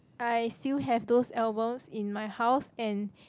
I still have those albums in my house and